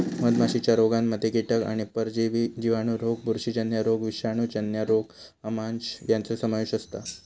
मधमाशीच्या रोगांमध्ये कीटक आणि परजीवी जिवाणू रोग बुरशीजन्य रोग विषाणूजन्य रोग आमांश यांचो समावेश असता